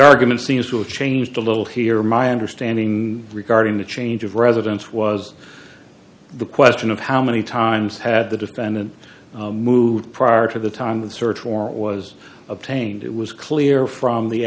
argument seems to have changed a little here my understanding regarding the change of residence was the question of how many times had the defendant moved prior to the time the search warrant was obtained it was clear from the